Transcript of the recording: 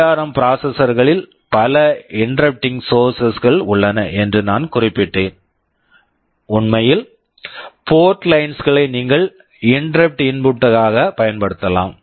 ARM ARM processors processors களில் பல interrupting source interrupting source கள் உள்ளன என்று நான் குறிப்பிட்டேன் உண்மையில் போர்ட் லைன்ஸ் port lines களை நீங்கள் இன்டெரப்ட் இன்புட் interrupt input ஆக பயன்படுத்தலாம்